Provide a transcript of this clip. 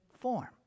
form